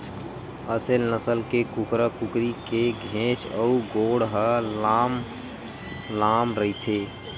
असेल नसल के कुकरा कुकरी के घेंच अउ गोड़ ह लांम लांम रहिथे